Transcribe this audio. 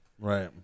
Right